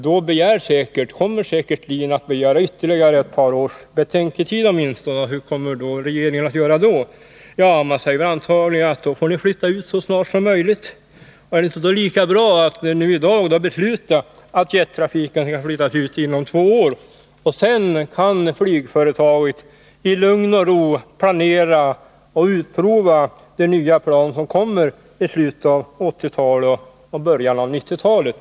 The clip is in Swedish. Då kommer LIN sannolikt att begära åtminstone ytterligare ett par års betänketid. Hur kommer regeringen att agera då? Antagligen säger man att utflyttning skall ske så snart som möjligt. Men är det då inte lika bra att i dag besluta att jettrafiken skall flyttas ut inom loppet av två år? Sedan kan flygföretaget i lugn och ro planera för och utprova de nya plan som Nr 53 kommer i slutet av 1980-talet och i början av 1990-talet.